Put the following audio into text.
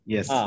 Yes